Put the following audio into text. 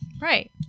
Right